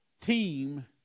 team